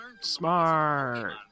smart